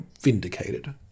vindicated